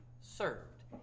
served